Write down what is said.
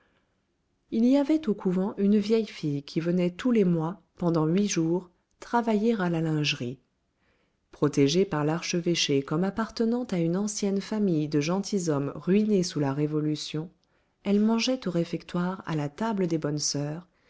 il y avait au couvent une vieille fille qui venait tous les mois pendant huit jours travailler à la lingerie protégée par l'archevêché comme appartenant à une ancienne famille de gentilshommes ruinés sous la révolution elle mangeait au réfectoire à la table des bonnes soeurs